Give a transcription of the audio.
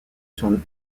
son